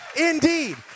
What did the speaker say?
indeed